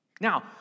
Now